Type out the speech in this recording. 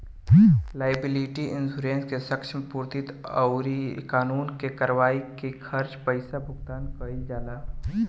liability insurance से क्षतिपूर्ति अउरी कानूनी कार्यवाई में खर्च पईसा के भुगतान कईल जाला